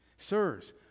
Sirs